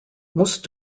musst